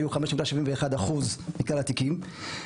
היו 5.71% מכלל התיקים.